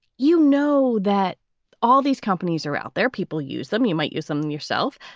you know that all these companies are out there, people use them, you might use them them yourself.